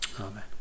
Amen